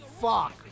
Fuck